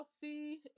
see